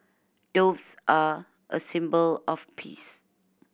doves are a symbol of peace